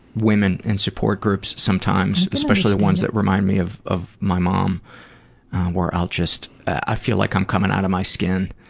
women in support groups sometimes especially the ones that remind me of of my mom where i'll just. i feel like i'm coming out of my skin.